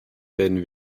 werden